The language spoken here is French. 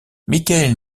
mickaël